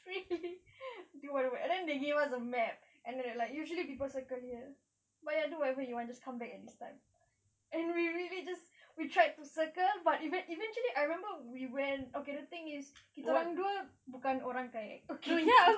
free do whatever and then they give us a map and they were like usually people circle here but ya do whatever you want just come back at this time and we we really just we tried to circle but even~ but eventually I remember we went okay the thing is kita orang dua bukan orang kayak